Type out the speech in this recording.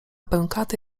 pękaty